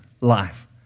life